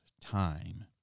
Time